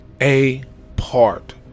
apart